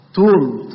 told